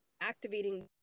activating